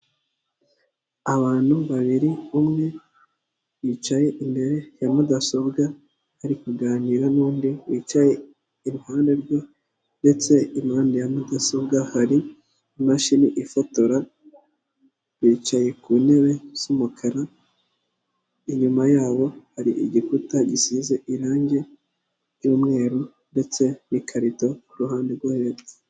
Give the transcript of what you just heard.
Abantu babiri, umwe yicaye imbere ya mudasobwa ari kuganira n'undi wicaye i ruhande rwe, ndetse impande ya mudasobwa hari imashini ifotora, bicaye ku ntebe z'umukara inyuma yabo hari igikuta gisize irangi ry'umweru ndetse n'ikarito ku ruhande rwo hepfo.